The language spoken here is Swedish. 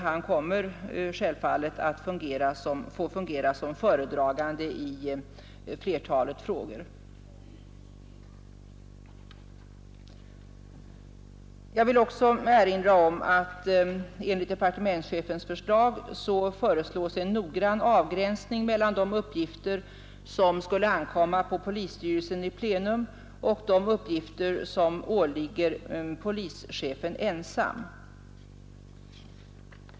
Han kommer naturligtvis att få fungera som föredragande i flertalet frågor. Departementschefen föreslår en noggrann avgränsning mellan de uppgifter som skulle ankomma på polisstyrelsen i plenum och de uppgifter som åligger polischefen ensam.